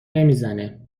نمیزنه